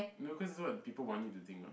no cause that's what people want you to think what